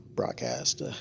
broadcast